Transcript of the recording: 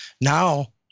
Now